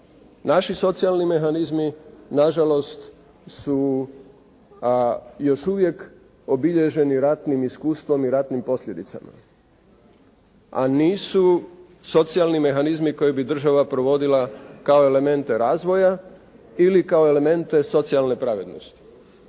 Naši socijalni mehanizmi nažalost su još uvijek obilježeni ratnim iskustvom i ratnim posljedicama, a nisu socijalni mehanizmi koje bi država provodila kao elemente razvoja ili kao elemente socijalne pravednosti.